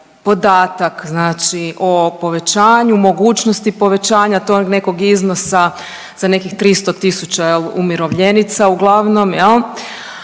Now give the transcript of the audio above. podatak znači o povećanju mogućnosti povećanja tog nekog iznosa za nekih 300.000 umirovljenica uglavnom jel,